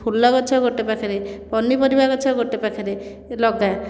ଫୁଲ ଗଛ ଗୋଟିଏ ପାଖରେ ପନିପରିବା ଗଛ ଗୋଟିଏ ପାଖରେ ଲଗା